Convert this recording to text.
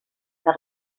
per